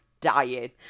dying